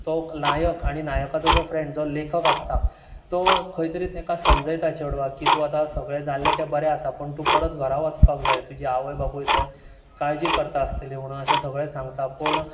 तो नायक आनी नायकाचो जो फ्रेण्ड जो लेखक आसता तो खंय तरी तेका समजयता चेडवाक की तूं आतां सगळें जल्लें तें बरें आसा पूण तूं परत घरा वचपाक जाय तुजी आवय बापूय थंय काळजी करता आसतलीं म्हणून अशें सगळें सांगता पूण